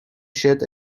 shed